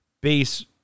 base